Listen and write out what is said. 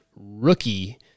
rookie